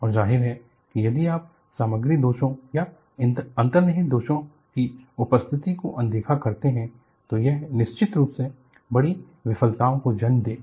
और जाहिर है कि यदि आप सामग्री दोषों या अंतर्निहित दोषों की उपस्थिति को अनदेखा करते हैं तो यह निश्चित रूप से बड़ी विफलताओं को जन्म देगा